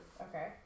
Okay